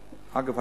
אגב,